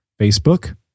Facebook